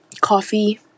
Coffee